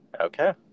Okay